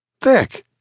Thick